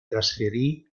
trasferì